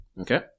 Okay